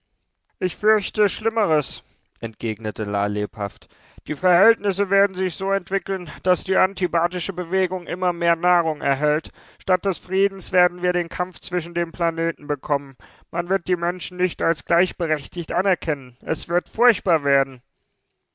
ich fürchte schlimmeres entgegnete la lebhaft die verhältnisse werden sich so entwickeln daß die antibatische bewegung immer mehr nahrung erhält statt des friedens werden wir den kampf zwischen den planeten bekommen man wird die menschen nicht als gleichberechtigt anerkennen es wird furchtbar werden